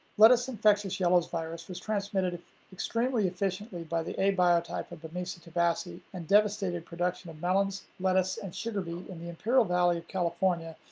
lettuce infectious yellows virus was transmitted extremely efficiently by the a biotype of but bemisia tabaci and devastated production of melons, lettuce and sugarbeet in the imperial valley of california,